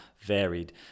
varied